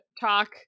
talk